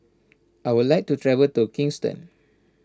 I would like to travel to Kingston